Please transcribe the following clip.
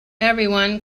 everyone